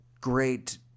great